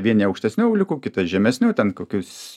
vieni aukštesnių auliukų kitas žemesnių ten kokius